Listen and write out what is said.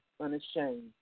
unashamed